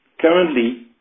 currently